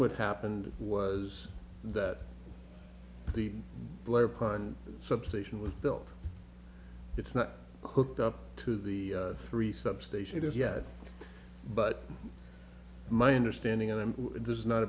what happened was that the blair plan substation was built it's not hooked up to the three substation as yet but my understanding and this is not